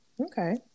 Okay